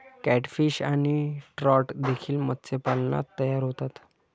catfish आणि trout देखील मत्स्यपालनात तयार होतात